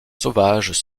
sauvages